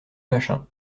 machin